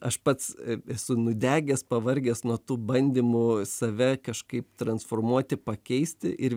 aš pats esu nudegęs pavargęs nuo tų bandymų save kažkaip transformuoti pakeisti ir